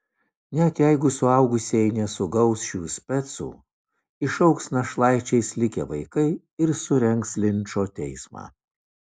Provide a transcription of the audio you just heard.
net jeigu suaugusieji nesugaus šių specų išaugs našlaičiais likę vaikai ir surengs linčo teismą